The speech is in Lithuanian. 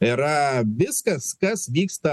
yra viskas kas vyksta